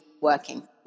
working